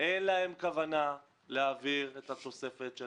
אין להם כוונה להעביר את התוספת של